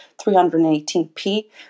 318p